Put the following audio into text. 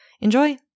Enjoy